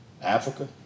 Africa